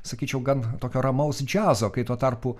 sakyčiau gan tokio ramaus džiazo kai tuo tarpu